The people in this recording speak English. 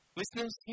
listeners